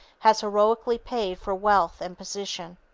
has heroicly paid for wealth and position.